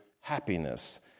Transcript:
happiness